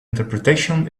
interpretation